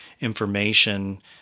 information